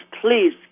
please